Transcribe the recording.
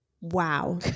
wow